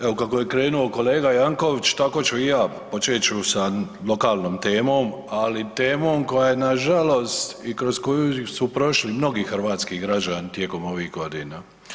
Evo kako je krenuo kolega Jankovics tako ću i ja, počet ću sa lokalnom temom, ali temom koja je nažalost i kroz koju su prošli mnogi hrvatski građani tijekom ovih godina.